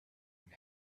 and